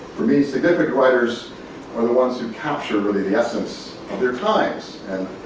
for me significant writers are the ones who capture really the essence of their times. and